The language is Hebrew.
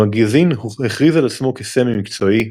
המגזין הכריז על עצמו כסמי-מקצועי.